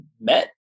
met